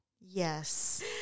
yes